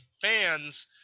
fans